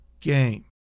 game